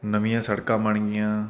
ਨਵੀਆਂ ਸੜਕਾਂ ਬਣ ਗਈਆਂ